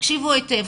תקשיבו היטב,